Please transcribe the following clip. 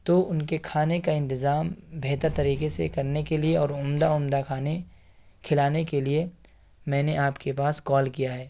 تو ان کے کھانے کا انتظام بہتر طریقے سے کرنے کے لیے اور عمدہ عمدہ کھانے کھلانے کے لیے میں نے آپ کے پاس کال کیا ہے